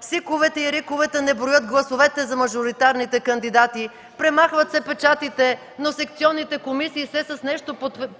СИК-овете и РИК-овете не броят гласовете за мажоритарни кандидати. Премахват се печатите, но секционните комисии все с нещо